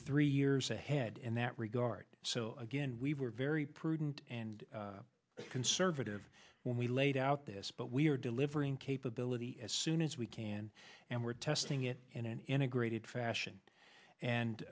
three years ahead in that regard so again we were very prudent and conservative when we laid out this but we are delivering capability as soon as we can and we're testing it in an integrated fashion and